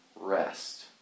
rest